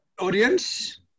Audience